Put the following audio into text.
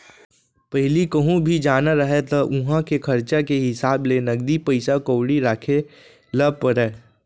पहिली कहूँ भी जाना रहय त उहॉं के खरचा के हिसाब ले नगदी पइसा कउड़ी राखे ल परय